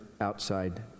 outside